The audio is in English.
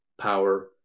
power